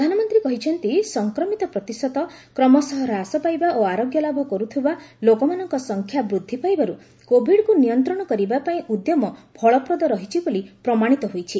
ପ୍ରଧାନମନ୍ତ୍ରୀ କହିଚ୍ଚନ୍ତି ସଫକ୍ମିତ ପ୍ରତିଶତ କ୍ମଶଃ ହାସ ପାଇବା ଓ ଆରୋଗ୍ୟ ଲାଭ କରୁଥିବା ଲୋକମାନଙ୍କ ସଂଖ୍ୟା ବୃଦ୍ଧି ପାଇବାରୂ କୋଭିଡ୍କୁ ନିୟନ୍ତ୍ରଣ କରିବା ପାଇଁ ଉଦ୍ୟମ ଫଳପ୍ରଦ ରହିଛି ବୋଲି ପ୍ରମାଣିତ ହୋଇଛି